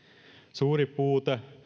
suuri puute